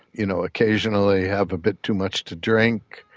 you know occasionally have a bit too much to drink,